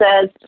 says